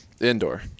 Indoor